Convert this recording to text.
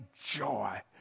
joy